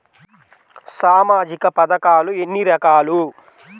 సామాజిక పథకాలు ఎన్ని రకాలు?